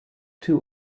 too